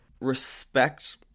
respect